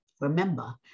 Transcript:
Remember